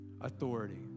authority